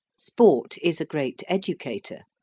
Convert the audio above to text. sport is a great educator.